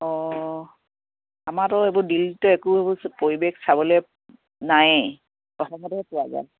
অঁ আমাৰতো এইবোৰ দিল্লীততো একো পৰিৱেশ চাবলৈ নাইয়েই অসমতে পোৱা যায়